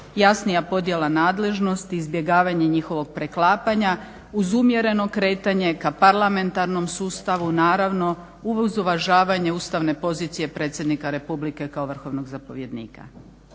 jasnija podjela nadležnosti, izbjegavanje njihovog preklapanja uz umjereno kretanje ka parlamentarnom sustavu naravno uz uvažavanje ustavne pozicije Predsjednika Republike kao vrhovnog zapovjednika.